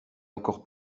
encore